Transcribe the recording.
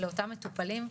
לאותם מטופלים,